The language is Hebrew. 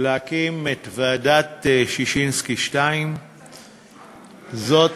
להקים את ועדת ששינסקי 2, זאת,